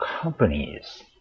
companies